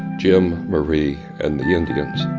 jim, marie and the indians